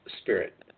spirit